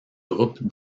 groupe